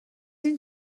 این